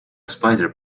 spider